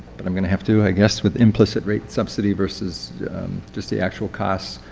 but i'm gonna have to i guess, with implicit rate, subsidy versus just the actual cost.